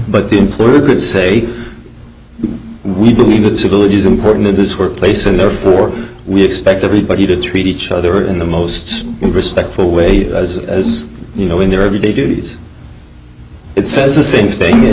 but the employer could say we believe that civility is important in this workplace and therefore we expect everybody to treat each other in the most respectful way as as you know in their everyday duties it says the same thing it